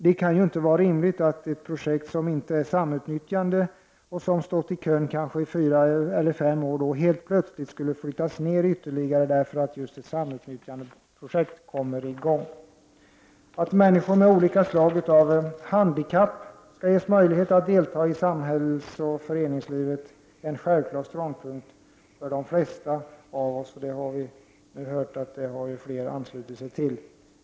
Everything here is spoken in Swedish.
Det kan ju inte vara rimligt att ett projekt som inte innebär samnyttjande och som funnits i kön i fyra eller fem år helt plötsligt flyttas ner ytterligare därför att ett samnytttjandeprojekt kommer i gång. Att människor med olika slag av handikapp skall ges möjlighet att delta i samhällsoch föreningslivet är en självklar ståndpunkt för de flesta av oss. Vi har här hört att flera har anslutit sig till den uppfattningen.